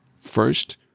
first